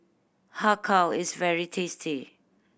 Har Kow is very tasty